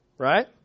Right